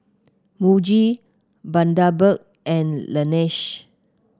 Muji Bundaberg and Laneige